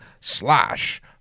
slash